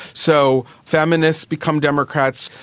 so feminists become democrats,